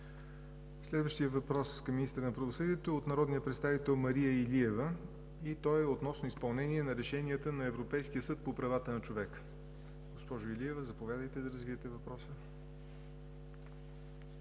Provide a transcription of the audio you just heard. Следващият въпрос към министъра на правосъдието е от народния представител Мария Илиева. Той е относно изпълнение на решенията на Европейския съд по правата на човека. Госпожо Илиева, заповядайте да развиете въпроса.